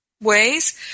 ways